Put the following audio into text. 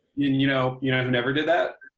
you know you know who never did that?